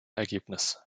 ergebnis